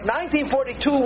1942